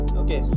okay